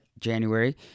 January